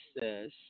says